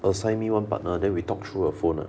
assign me one partner then we talk through a phone ah